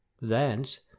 Thence